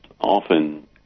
often